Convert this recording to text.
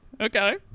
okay